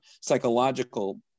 psychological